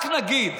רק נגיד,